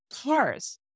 cars